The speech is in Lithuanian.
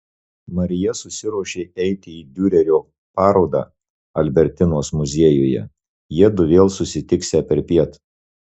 marija susiruošė eiti į diurerio parodą albertinos muziejuje jiedu vėl susitiksią perpiet